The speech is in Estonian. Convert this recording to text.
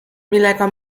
millega